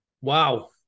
wow